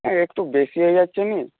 একটু বেশি হয়ে যাচ্ছে না